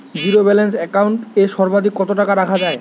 Zero balance account এ সর্বাধিক কত টাকা রাখা য়ায়?